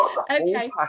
Okay